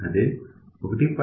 అదే 1